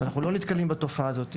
אז אנחנו לא נתקלים בתופעה הזאת.